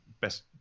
best